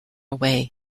away